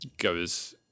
goes